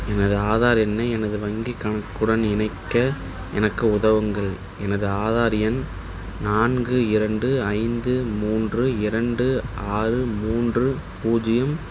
எனது ஆதார் எண்ணை எனது வங்கி கணக்குடன் இனணக்க எனக்கு உதவுங்கள் எனது ஆதார் எண் நான்கு இரண்டு ஐந்து மூன்று இரண்டு ஆறு மூன்று பூஜ்ஜியம்